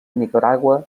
nicaragua